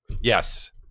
Yes